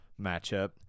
matchup